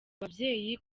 ababyeyi